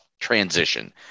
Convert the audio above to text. transition